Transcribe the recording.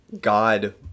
God